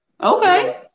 Okay